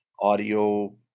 audio